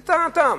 לטענתם,